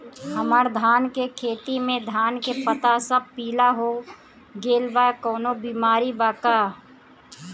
हमर धान के खेती में धान के पता सब पीला हो गेल बा कवनों बिमारी बा का?